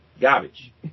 garbage